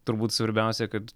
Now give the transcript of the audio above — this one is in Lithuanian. turbūt svarbiausia kad